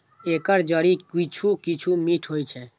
एकर जड़ि किछु किछु मीठ होइ छै